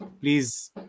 Please